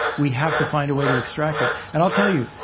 we have to find a way to extract it. and i'll tell you,